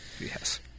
Yes